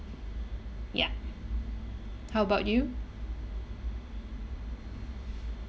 ya how about you